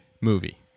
movie